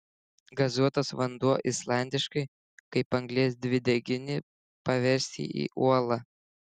gazuotas vanduo islandiškai kaip anglies dvideginį paversti į uolą